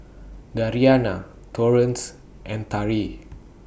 Dariana Torrance and Tari